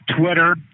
Twitter